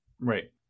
Right